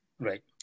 Right